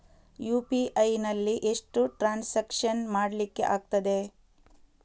UPI ನಲ್ಲಿ ಎಷ್ಟು transaction ಮಾಡ್ಲಿಕ್ಕೆ ಆಗ್ತದೆ?